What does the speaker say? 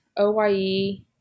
OYE